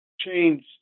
change